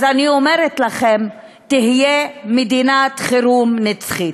אז אני אומרת לכם, תהיה מדינת חירום נצחית.